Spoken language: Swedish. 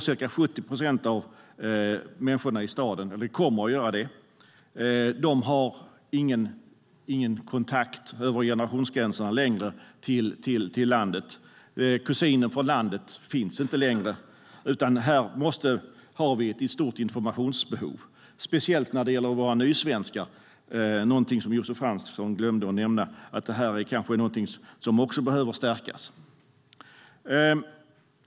Ca 70 procent av människorna kommer att bo i staden. De har inte längre någon kontakt med landet över generationsgränserna. Kusinen från landet finns inte längre. Vi har här ett stort informationsbehov, speciellt när det gäller våra nysvenskar, någonting som Josef Fransson glömde att nämna. Det här är kanske också någonting som behöver stärkas.